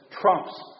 trumps